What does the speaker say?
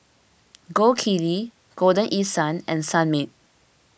Gold Kili Golden East Sun and Sunmaid